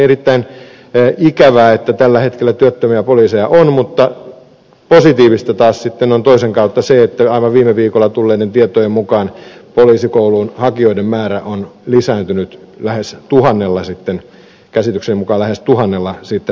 on erittäin ikävää että tällä hetkellä on työttömiä poliiseja mutta positiivista taas sitten on toisen kautta se että aivan viime viikolla tulleiden tietojen mukaan poliisikouluun hakijoiden määrä on lisääntynyt käsitykseni mukaan lähes tuhannella verrattuna aikaisempaan